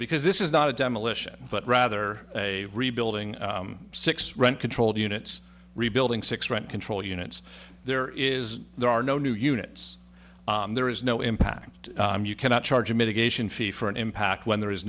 because this is not a demolition but rather a rebuilding six rent controlled units rebuilding six rent control units there is there are no new units there is no impact you cannot charge a mitigation fee for an impact when there is